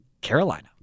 Carolina